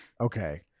okay